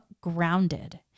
grounded